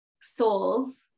souls